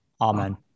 Amen